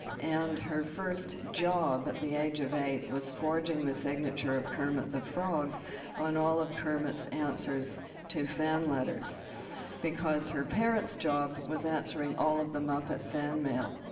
and her first job at the age of eight was forging the signature of kermit the frog on all of kermit's answers to fan letters because her parents' job was answering all of the muppet fan mail.